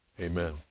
amen